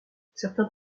certains